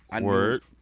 Word